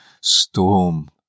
storm